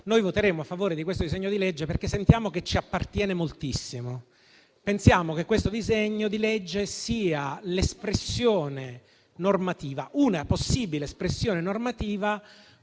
Noi voteremo a favore di questo disegno di legge perché sentiamo che ci appartiene moltissimo. Pensiamo che questo provvedimento sia una possibile espressione normativa